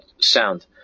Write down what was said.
sound